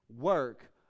work